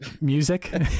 music